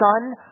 son